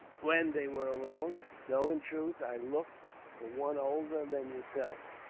when they were alone though, in truth, i looked for one older than yourself.